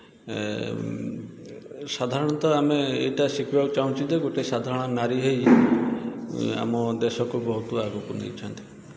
ସାଧାରଣତଃ ଆମେ ଏଇଟା ଶିଖିବାକୁ ଚାହୁଁଛୁ ଯେ ଗୋଟେ ସାଧାରଣ ନାରୀ ହୋଇ ଆମ ଦେଶକୁ ବହୁତ ଆଗକୁ ନେଇଛନ୍ତି